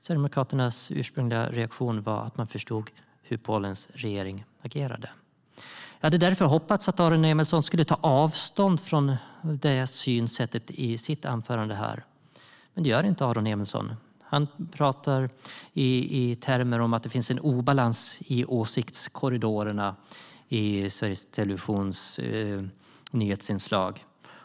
Sverigedemokraternas ursprungliga reaktion var att man förstod hur Polens regering agerade. Jag hade därför hoppats att Aron Emilsson skulle ta avstånd från det synsättet i sitt anförande, men det gör inte Aron Emilsson. Han pratar i termer om att det finns en obalans i åsiktskorridorerna i Sveriges Televisions nyhetsinslag.